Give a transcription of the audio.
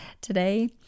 today